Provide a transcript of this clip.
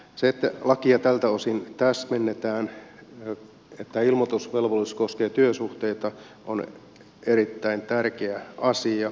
se että lakia täsmennetään tältä osin että ilmoitusvelvollisuus koskee työsuhteita on erittäin tärkeä asia